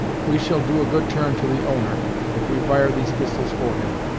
we shall do a good turn to the owner if we fire these pistols for him,